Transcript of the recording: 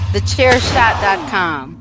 Thechairshot.com